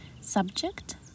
subject